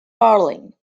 berlin